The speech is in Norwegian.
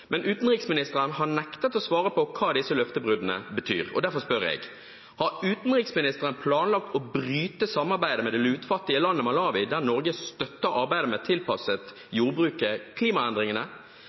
men utenriksministeren har nektet å svare på hva disse løftebruddene betyr. Derfor spør jeg: Har utenriksministeren planlagt å bryte samarbeidet med det lutfattige landet Malawi, der Norge støtter arbeidet med å tilpasse jordbruket klimaendringene?